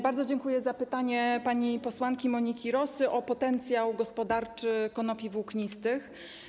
Bardzo dziękuję za pytanie pani posłanki Moniki Rosy o potencjał gospodarczy konopi włóknistych.